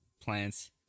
plants